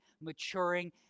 maturing